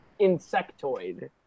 insectoid